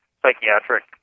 psychiatric